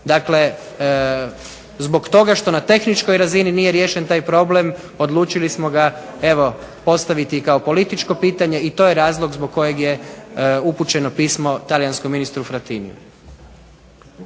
Dakle, zbog toga što na tehničkoj razini nije riješen taj problem odlučili smo ga evo postaviti i kao političko pitanje i to je razlog zbog kojeg je upućeno pismo talijanskom ministru Frattiniju.